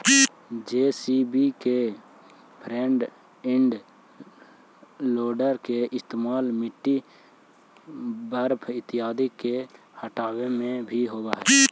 JCB के front end loader के इस्तेमाल मिट्टी, बर्फ इत्यादि के हँटावे में भी होवऽ हई